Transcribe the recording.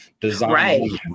design